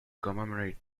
commemorate